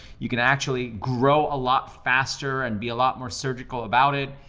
you can actually grow a lot faster and be a lot more surgical about it.